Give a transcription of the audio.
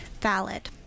Valid